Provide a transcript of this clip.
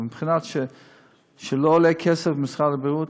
אלא שלא עולה כסף למשרד הבריאות,